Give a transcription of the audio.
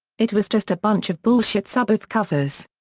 it was just a bunch of bullshit sabbath covers.